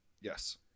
Yes